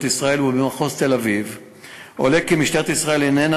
ישראל ובמחוז תל-אביב עולה כי משטרת ישראל איננה